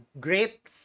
great